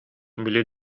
били